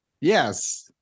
Yes